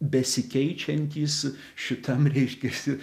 besikeičiantys šitam reiškiasi